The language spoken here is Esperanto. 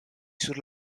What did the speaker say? sur